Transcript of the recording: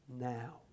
now